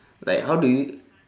like how do you